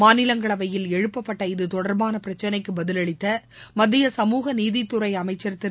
மாநிலங்களவையில் எழுப்பப்பட்ட இது தொடர்பான பிரச்சினைக்கு பதிலளித்த மத்திய சமூக நீதி துறை அமைச்சா் திரு